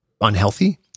unhealthy